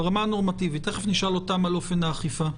ברמה הנורמטיבית ותכף נשאל אותם על אופן האכיפה.